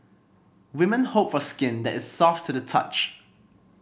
women hope for skin that is soft to the touch